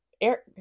air